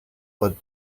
what